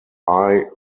eye